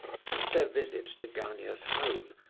since their visit to gania's home,